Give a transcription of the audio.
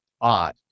odd